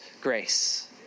grace